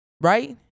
Right